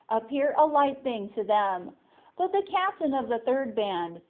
appear a light thing to them but the captain of the third band,